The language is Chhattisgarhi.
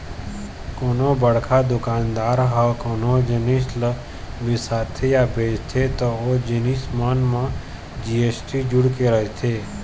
कोनो बड़का दुकानदार ह कोनो जिनिस ल बिसाथे या बेचथे त ओ जिनिस मन म जी.एस.टी जुड़े रहिथे